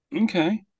Okay